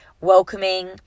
welcoming